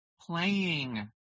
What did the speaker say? playing